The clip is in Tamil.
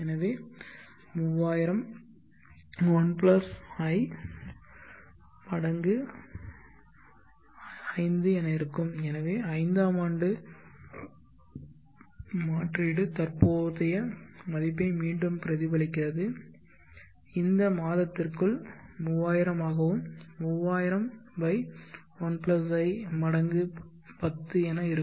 எனவே 3000 1 i மடங்கு 5 என இருக்கும் எனவே ஐந்தாம் ஆண்டு மாற்றீடு தற்போதைய மதிப்பை மீண்டும் பிரதிபலிக்கிறது இந்த மாதத்திற்குள் 3000 ஆகவும் 3000 1 i மடங்கு 10 என இருக்கும்